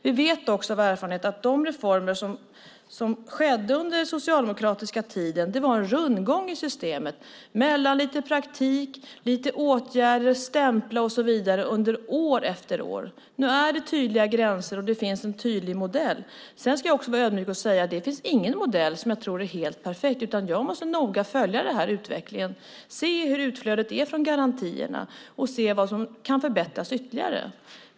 Vi vet också av erfarenhet att de reformer som skedde under den socialdemokratiska tiden innebar en rundgång i systemet mellan lite praktik, lite åtgärder, stämpling och så vidare under år efter år. Nu är det tydliga gränser och det finns en tydlig modell. Sedan ska jag också vara ödmjuk och säga att det inte finns någon modell som jag tror är helt perfekt, utan jag måste noga följa utvecklingen och se hur utflödet är från garantierna och vad som kan förbättras ytterligare.